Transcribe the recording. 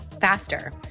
faster